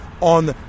on